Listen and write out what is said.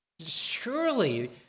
surely